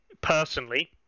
personally